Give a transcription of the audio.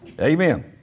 Amen